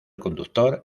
conductor